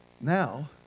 Now